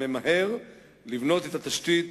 ממהר לבנות את התשתית,